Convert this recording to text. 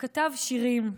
שכתב שירים,